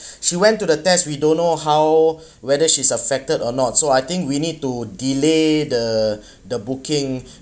she went to the test we don't know how whether she's affected or not so I think we need to delay the the booking